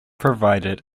provided